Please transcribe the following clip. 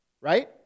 Right